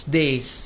days